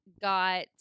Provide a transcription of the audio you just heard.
got